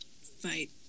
fight